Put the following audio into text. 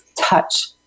touch